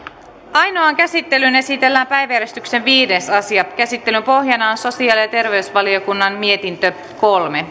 ainoaan käsittelyyn esitellään päiväjärjestyksen viides asia käsittelyn pohjana on sosiaali ja terveysvaliokunnan mietintö kolme